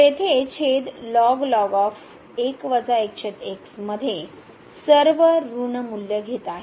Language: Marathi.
तर येथे छेद मध्ये सर्व ऋण मूल्य घेत आहेत